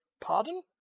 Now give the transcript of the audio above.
Pardon